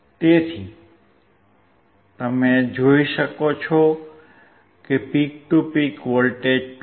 તેથી અહીં તમે જોઈ શકો છો કે પીક ટુ પીક વોલ્ટેજ 2